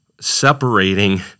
separating